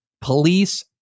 Police